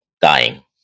dying